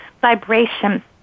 vibration